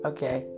Okay